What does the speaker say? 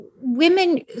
women